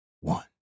One